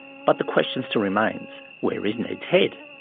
but the question still remains, where is ned's head?